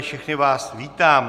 Všechny vás vítám.